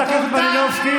חברת הכנסת מלינובסקי.